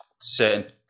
certain